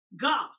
God